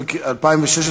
2016,